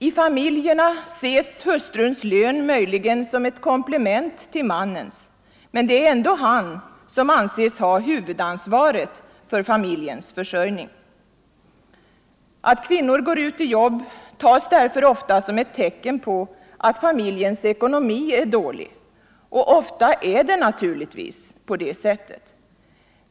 I familjerna ses hustruns lön möjligen såsom ett komplement men det är ändå han Nr 130 som äNses ha huvudansvaret för familjens försörjning. Att kvinnan går Torsdagen den ut i jobb tas därför ofta såsom ett tecken på att familjens ekonomi är 28 november 1974 dålig, och ofta är det naturligtvis så.